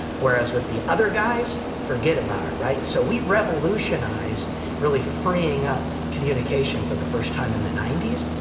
whereas with the other guys, forget about it, right. so we revolutionized really freeing up communication for the first time in the ninety s.